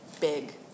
big